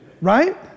Right